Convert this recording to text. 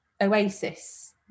Oasis